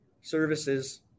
services